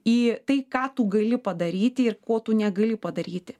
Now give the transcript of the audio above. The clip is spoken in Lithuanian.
į tai ką tu gali padaryti ir ko tu negali padaryti